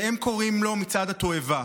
שהם קוראים לו "מצעד התועבה".